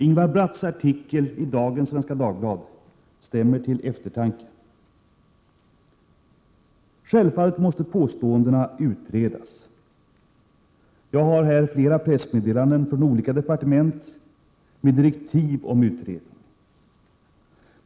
Ingvar Bratts artikel i dagens Svenska Dagbladet stämmer till eftertanke. Självfallet måste påståendena från Akselson utredas. Jag har här flera pressmeddelanden från olika departement med direktiv om utredning.